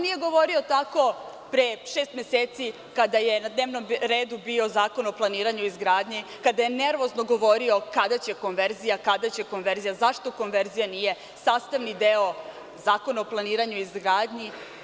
Nije govorio tako pre šest meseci kada je na dnevnom redu bio Zakon o planiranju i izgradnji, kada je nervozno govorio kada će konverzija, kada će konverzija, zašto konverzija nije sastavni deo Zakona o planiranju i izgradi?